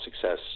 success